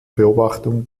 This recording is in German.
beobachtung